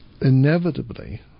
inevitably